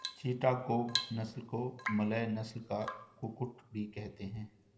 चिटागोंग नस्ल को मलय नस्ल का कुक्कुट भी कहते हैं